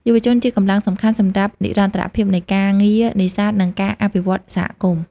យុវជនជាកម្លាំងសំខាន់សម្រាប់និរន្តរភាពនៃការងារនេសាទ និងការអភិវឌ្ឍន៍សហគមន៍។